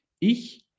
Ich